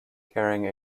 carrying